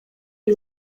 iri